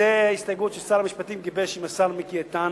זאת ההסתייגות ששר המשפטים גיבש עם השר מיקי איתן,